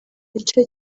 gice